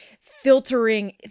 filtering